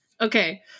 Okay